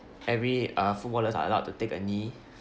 every uh footballers are allowed to take a knee